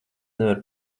nevar